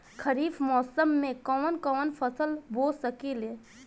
खरिफ मौसम में कवन कवन फसल बो सकि ले?